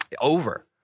over